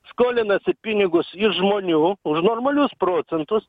skolinasi pinigus iš žmonių už normalius procentus